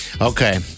Okay